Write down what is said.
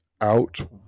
out